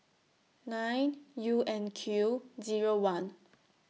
nine U N Q Zero one